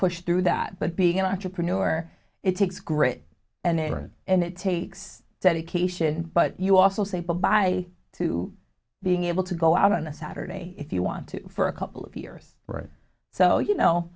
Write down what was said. push through that but being an entrepreneur it takes great and aaron and it takes dedication but you also say bye bye to being able to go out on a saturday if you want to for a couple of years so you know